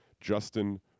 Justin